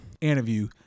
interview